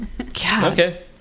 Okay